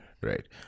Right